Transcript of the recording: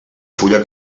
fulla